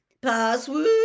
Password